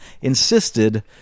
insisted